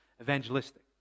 evangelistic